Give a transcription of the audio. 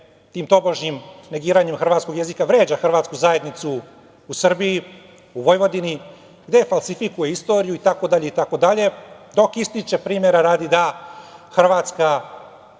tim tobožnjim negiranjem hrvatskog jezika vređa hrvatsku zajednicu u Srbiji, u Vojvodini, gde falsifikuje istoriju, itd, itd, dok ističe, primera radi, da Hrvatska